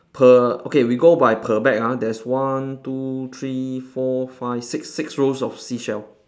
per okay we go by per bag ah there's one two three four five six six rows of seashell